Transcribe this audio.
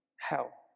hell